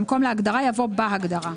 במקום "להגדרה" יבוא "בהגדרה".